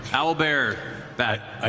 owlbear batman.